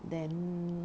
then mmhmm